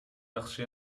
жакшы